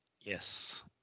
Yes